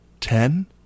Ten